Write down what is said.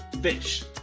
fish